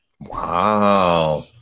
Wow